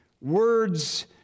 Words